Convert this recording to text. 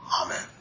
Amen